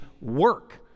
work